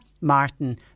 Martin